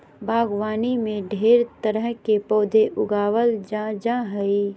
बागवानी में ढेर तरह के पौधा उगावल जा जा हइ